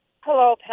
Hello